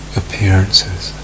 appearances